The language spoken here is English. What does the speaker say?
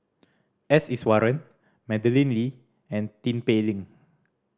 S Iswaran Madeleine Lee and Tin Pei Ling